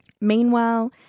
Meanwhile